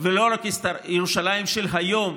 ולא רק ירושלים של היום,